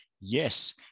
yes